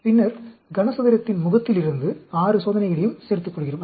பின்னர் கனசதுரத்தின் முகத்திலிருந்து 6 சோதனைகளையும் சேர்த்துக் கொள்கிறோம்